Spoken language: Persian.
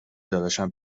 داداشم